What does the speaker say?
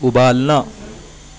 ابالنا